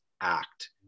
act